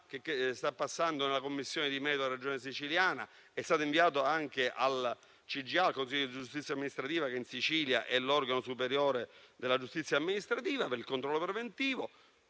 sta passando nella Commissione di merito della Regione siciliana, ed è stato inviato anche al Consiglio di giustizia amministrativa, che in Sicilia è l'organo superiore della giustizia amministrativa per il controllo preventivo.